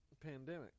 pandemic